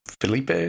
Felipe